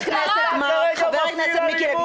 חברת הכנסת מארק, חבר הכנסת מיקי לוי.